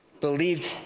believed